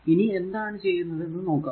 ഇനി എന്താണ് ചെയ്യുന്നത് എന്ന്നോക്കാം